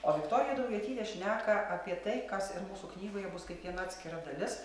o viktorija daujotytė šneka apie tai kas ir mūsų knygoje bus kaip viena atskira dalis